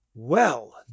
Well